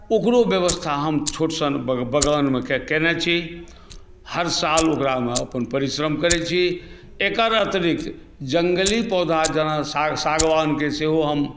ओकरो बेबस्था हम छोटसन बग़ानमे केने छी हर साल ओकरामे अपन परिश्रम करै छी एकर अतिरिक्त जंगली पौधा जेना सागवानक सेहो हम